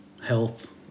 health